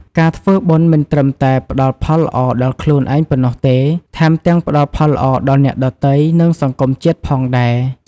ការធ្វើបុណ្យមិនត្រឹមតែផ្តល់ផលល្អដល់ខ្លួនឯងប៉ុណ្ណោះទេ ថែមទាំងផ្តល់ផលល្អដល់អ្នកដទៃ និងសង្គមជាតិផងដែរ។